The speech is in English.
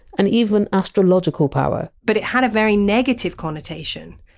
and even astrological power but it had a very negative connotation.